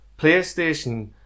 PlayStation